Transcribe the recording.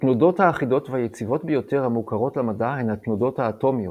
התנודות האחידות והיציבות ביותר המוכרות למדע הן התנודות האטומיות.